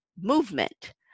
movement